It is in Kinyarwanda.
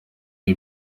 iyo